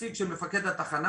נציג של מפקד התחנה,